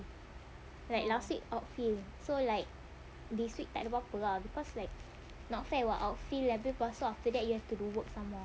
like last week outfield so like this week tak ada apa-apa ah because like not fair [what] outfield abeh lepas tu after that you have to do work some more